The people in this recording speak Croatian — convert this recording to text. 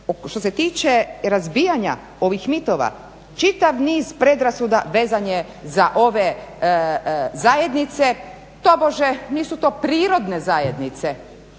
Što se tiče razbijanja ovih mitova, čitav niz predrasuda vezan je za ove zajednice, tobože nisu to prirodne zajednice.